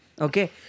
Okay